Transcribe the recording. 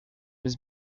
was